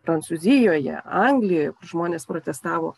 prancūzijoje anglijoje kur žmonės protestavo